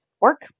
work